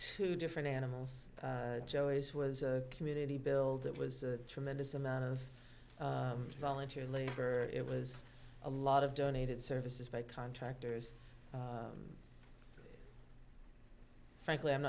two different animals joe is was a community build it was a tremendous amount of volunteer labor it was a lot of donated services by contractors frankly i'm